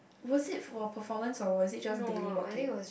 was it for a performance or was it just daily walking